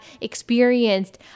experienced